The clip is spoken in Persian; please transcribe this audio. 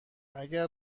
اگر